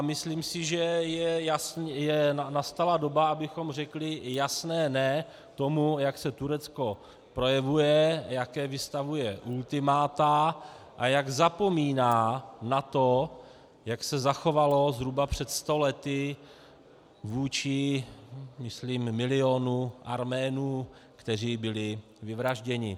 Myslím si, že nastala doba, abychom řekli jasné ne tomu, jak se Turecko projevuje, jaká vystavuje ultimata a jak zapomíná na to, jak se zachovalo zhruba před sto lety vůči myslím milionů Arménů, kteří byli vyvražděni.